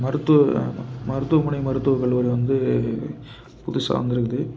மருத்துவ மருத்துவமனை மருத்துவக்கல்லூரி வந்து புதுசாக வந்திருக்குது